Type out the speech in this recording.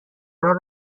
راه